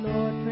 Lord